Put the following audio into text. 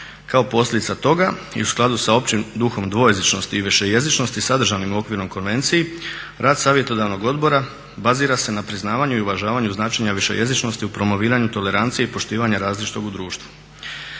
Kao posljedica toga i u skladu s općim duhom dvojezičnosti i višejezičnosti sadržanim u Okvirnoj konvenciji rad Savjetodavnog odbora bazira se na priznavanju i uvažavanju značenja višejezičnosti u promoviranju tolerancije i poštivanja različitog u društvu.